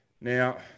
Now